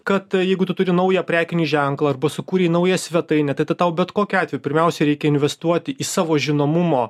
kad jeigu tu turi naują prekinį ženklą arba sukūrei naują svetainę tai tada tau bet kokiu atveju pirmiausia reikia investuoti į savo žinomumo